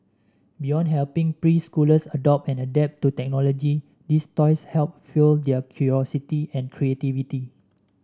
beyond helping preschoolers adopt and adapt to technology these toys help fuel their curiosity and creativity